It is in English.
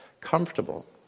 comfortable